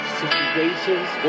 situations